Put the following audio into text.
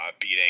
beating